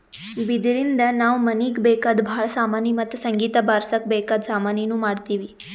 ಬಿದಿರಿನ್ದ ನಾವ್ ಮನೀಗ್ ಬೇಕಾದ್ ಭಾಳ್ ಸಾಮಾನಿ ಮತ್ತ್ ಸಂಗೀತ್ ಬಾರ್ಸಕ್ ಬೇಕಾದ್ ಸಾಮಾನಿನೂ ಮಾಡ್ತೀವಿ